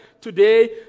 today